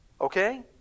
Okay